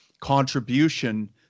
contribution